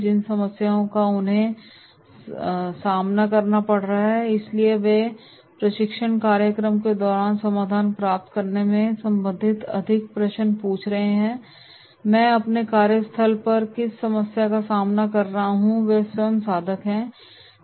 जिन समस्याओं का उन्हें सामना करना पड़ रहा है इसलिए वे प्रशिक्षण कार्यक्रम के दौरान समाधान प्राप्त करने से संबंधित अधिक प्रश्न पूछ रहे हैं मैं अपने कार्यस्थल पर किस समस्या का सामना कर रहा हूं ताकि वे स्वयं साधक हों